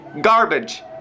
Garbage